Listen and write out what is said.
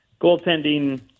goaltending